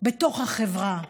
בתוך החברה,